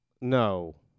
No